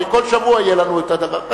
הרי כל שבוע יהיה לנו הדבר הזה,